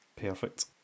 Perfect